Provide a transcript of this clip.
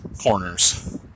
corners